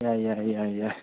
ꯌꯥꯏ ꯌꯥꯏ ꯌꯥꯏ ꯌꯥꯏ